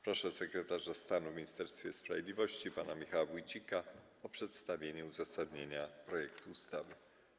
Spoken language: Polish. Proszę sekretarza stanu w Ministerstwie Sprawiedliwości pana Michała Wójcika o przedstawienie uzasadnienia projektu ustawy.